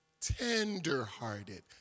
Tenderhearted